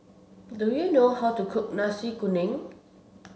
do you know how to cook Nasi Kuning